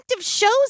shows